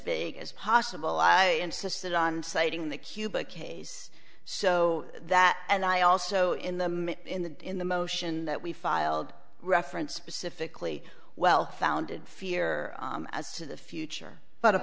big as possible i insisted on citing the cuba case so that and i also in the in the in the motion that we filed reference specifically well founded fear as to the future but